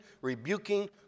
rebuking